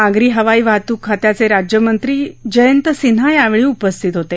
नागरी हवाई वाहतूक खात्याचे राज्यमंत्री जयंत सिन्हाही यावेळी उपस्थित होते